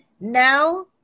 Now